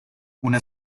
una